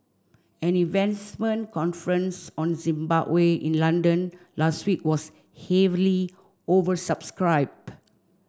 an investment conference on Zimbabwe in London last week was heavily oversubscribed